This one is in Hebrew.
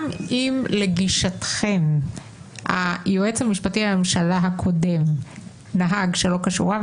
גם אם לגישתכם היועץ המשפטי לממשלה הקודם נהג שלא כשורה,